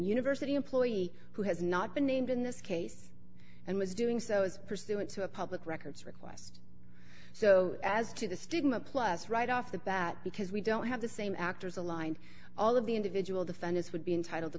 university employee who has not been named in this case and was doing so is pursuant to a public records request so as to the stigma plus right off the bat because we don't have the same actors aligned all of the individual defenders would be entitled t